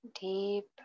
deep